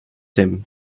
him